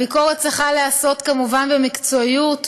הביקורת צריכה להיעשות, כמובן, במקצועיות.